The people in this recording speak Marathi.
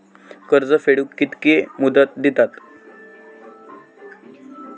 कर्ज फेडूक कित्की मुदत दितात?